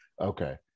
okay